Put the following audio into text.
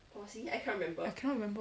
I cannot remember